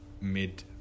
mid